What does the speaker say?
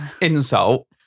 insult